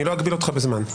אני לא אגביל אותך בזמן.